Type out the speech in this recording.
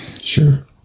sure